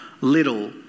little